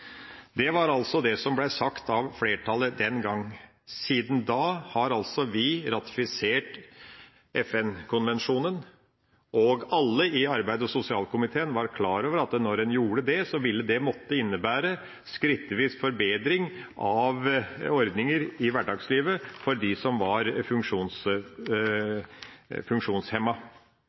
Det var altså det som ble sagt av flertallet den gangen. Siden da har vi ratifisert FN-konvensjonen, og alle i arbeids- og sosialkomiteen var klar over at når en gjorde det, ville det måtte innebære skrittvis forbedring av ordninger i hverdagslivet for funksjonshemmede. Det som